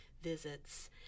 visits